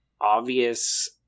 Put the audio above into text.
obvious